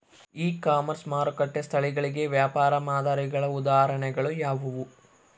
E commerce ಮಾರುಕಟ್ಟೆ ಸ್ಥಳಗಳಿಗೆ ವ್ಯಾಪಾರ ಮಾದರಿಗಳ ಉದಾಹರಣೆಗಳು ಯಾವುವು?